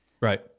Right